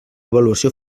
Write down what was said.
avaluació